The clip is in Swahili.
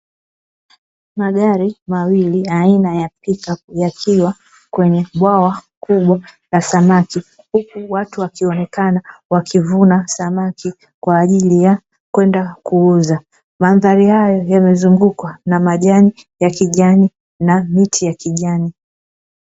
Magari mawili aina ya pikapu yakiwa kwenye bwawa kubwa la samaki, huku watu wakionekana wakivuna samaki kwa ajili ya kwenda kuuza, mandhari hayo yamezungukwa na majani ya kijani na miti ya kijani.